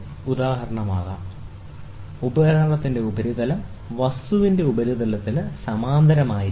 ഉദാഹരണത്തിന് ഉപകരണത്തിന്റെ ഉപരിതലം വസ്തുവിന്റെ ഉപരിതലത്തിന് സമാന്തരമായിരിക്കണം